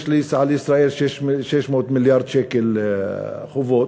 יש לישראל 600 מיליארד שקל חובות,